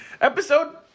Episode